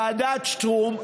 ועדת שטרום.